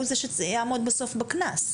והוא זה שיעמוד בסוף בקנס.